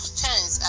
chance